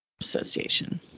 Association